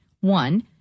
One